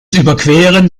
überqueren